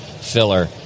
filler